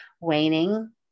waning